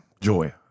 Joy